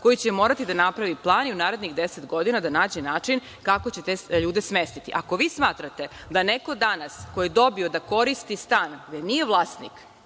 koji će morati da napravi plan i u narednih 10 godina da nađe način kako će te ljude smestiti. Ako vi smatrate da neko danas ko je dobio da koristi stan gde nije vlasnik,